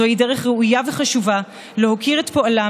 זוהי דרך ראויה וחשובה להוקיר את פועלם